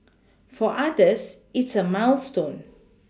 for others it's a milestone